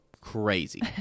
Crazy